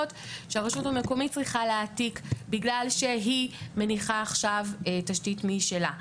שהרשות המקומית צריכה להעתיק בגלל שהיא מניחה עכשיו תשתית משלה.